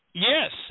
Yes